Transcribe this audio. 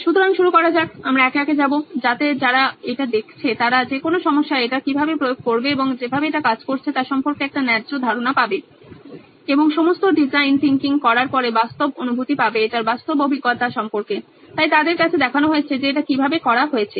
সুতরাং শুরু করা যাক আমরা একে একে যাবো যাতে যারা এটা দেখছে তারা যে কোনো সমস্যায় এটি কিভাবে প্রয়োগ করবে এবং যেভাবে এটা কাজ করছে তা সম্পর্কে একটি ন্যায্য ধারণা পাবে এবং সমস্ত ডিজাইন থিংকিং করার পরে বাস্তব অনুভূতি পাবে এটার বাস্তব অভিজ্ঞতা সম্পর্কে তাই তাদের কাছে দেখানো হয়েছে যে এটা কীভাবে করা হয়েছে